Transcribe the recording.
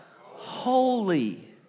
Holy